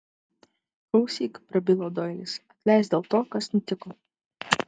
klausyk prabilo doilis atleisk dėl to kas nutiko